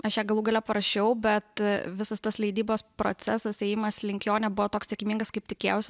aš ją galų gale parašiau bet visas tas leidybos procesas ėjimas link jo nebuvo toks sėkmingas kaip tikėjausi